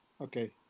Okay